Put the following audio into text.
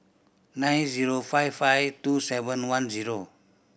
nine zero five five two seven one zero